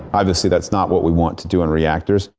obviously that's not what we want to do in reactors.